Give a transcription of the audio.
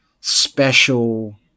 special